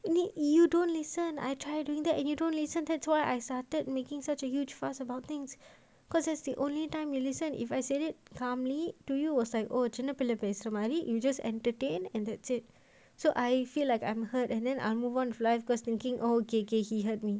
you need you don't listen I try doing that and you don't listen that's why I started making such a huge fuss about things cause that's the only time you listen if I said it calmly to you was like ஒரு சின்ன பிள்ளை பேசுற மாதிரி:oru chinna pullai pesura mathiri you just entertain and that's it so I feel like I'm hurt then I'll move on with life cause thinking oh K K he hurt me